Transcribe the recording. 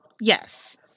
Yes